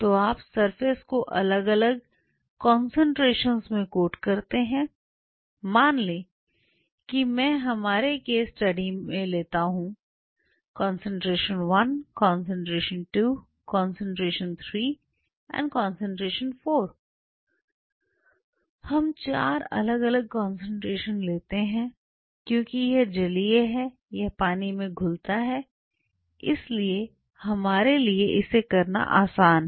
तो आप सरफेस को अलग अलग कंसंट्रेशन में कोट करते हैं मान लें कि मैं हमारी केस स्टडी में लेता हूँ कंसंट्रेशन 1 कंसंट्रेशन 2 कंसंट्रेशन 3 कंसंट्रेशन 4 हम 4 अलग अलग कंसंट्रेशन लेते हैं क्योंकि यह जलीय है या पानी में घुलता है इसलिए हमारे लिए इसे करना आसान है